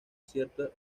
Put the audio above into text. cierto